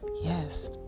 yes